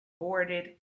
boarded